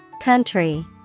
Country